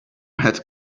had